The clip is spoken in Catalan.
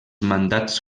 mandats